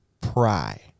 Pry